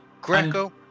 Greco